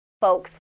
folks